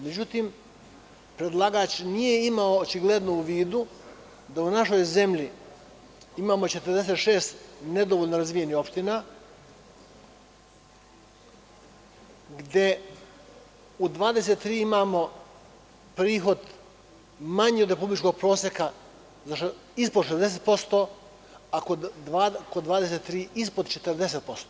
Međutim, predlagač nije imao u vidu da u našoj zemlji imamo 46 nedovoljno razvijenih opština gde u 23 imamo prihod manji od republičkog proseka ispod 60%, a kod 23 ispod 40%